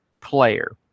player